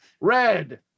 Red